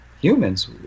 humans